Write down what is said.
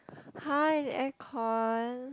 !huh! in aircon